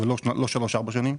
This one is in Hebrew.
לא שלוש-ארבע שנים.